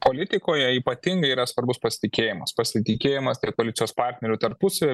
politikoje ypatingai yra svarbus pasitikėjimas pasitikėjimas tarp koalicijos partnerių tarpusavyje